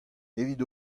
evit